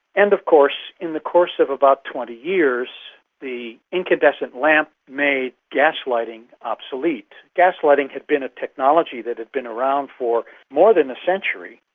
and of course in the course of about twenty years the incandescent lamp made gas lighting obsolete. gas lighting had been a technology that had been around for more than a century,